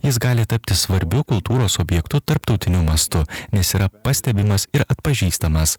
jis gali tapti svarbiu kultūros objektu tarptautiniu mastu nes yra pastebimas ir atpažįstamas